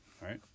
Right